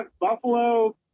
Buffalo